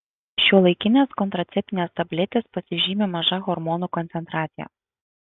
šiuolaikinės kontraceptinės tabletės pasižymi maža hormonų koncentracija